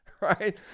right